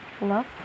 love